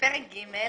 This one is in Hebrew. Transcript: פרק ג',